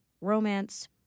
romance